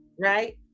right